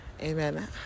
amen